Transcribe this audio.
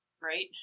Right